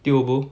tio bo